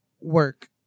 work